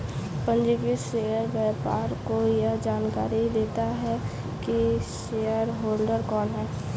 पंजीकृत शेयर व्यापार को यह जानकरी देता है की शेयरहोल्डर कौन है